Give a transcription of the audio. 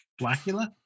blackula